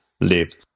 live